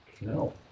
No